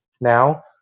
now